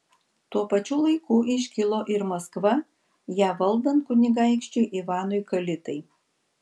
tuo pačiu laiku iškilo ir maskva ją valdant kunigaikščiui ivanui kalitai